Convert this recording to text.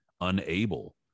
unable